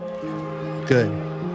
good